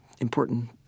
important